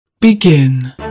Begin